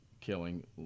killing